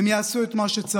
הם יעשו את מה שצריך,